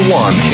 one